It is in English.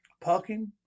Parking